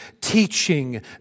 teaching